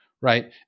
right